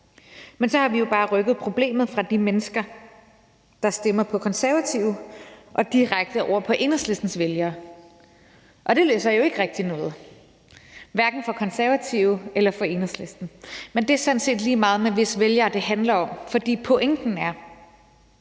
men så har vi jo bare rykket problemet fra de mennesker, der stemmer på Konservative, og direkte over til Enhedslistens vælgere, og det løser jo ikke rigtig noget for hverken Konservative eller Enhedslisten. Men det er sådan set lige meget, hvis vælgere det handler om, for pointen er,